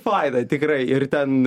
faina tikrai ir ten